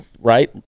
Right